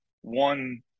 one